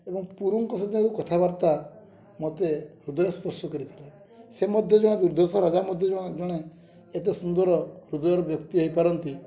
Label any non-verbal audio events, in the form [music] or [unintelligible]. ଏବଂ ପୁରଙ୍କ [unintelligible] କଥାବାର୍ତ୍ତା ମୋତେ ହୃଦୟସ୍ପର୍ଶ କରିଥିଲା ସେ ମଧ୍ୟ ଜଣେ ଦୁର୍ଦ୍ଧଷା ରାଜା ମଧ୍ୟ ଜଣେ ଜଣେ ଏତେ ସୁନ୍ଦର ହୃଦୟର ବ୍ୟକ୍ତି ହେଇପାରନ୍ତି